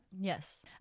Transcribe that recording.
Yes